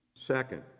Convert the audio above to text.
Second